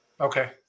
Okay